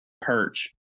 perch